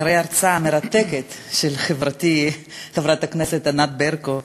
אחרי ההרצאה המרתקת של חברתי חברת הכנסת ענת ברקו,